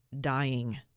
dying